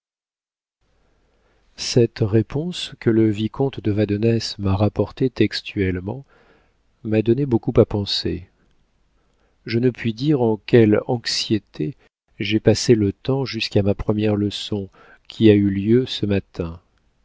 cette réponse que le vicomte de vandenesse m'a rapportée textuellement m'a donné beaucoup à penser je ne puis dire en quelles anxiétés j'ai passé le temps jusqu'à ma première leçon qui a eu lieu ce matin